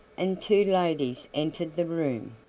and two ladies entered the room.